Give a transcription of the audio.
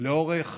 לאורך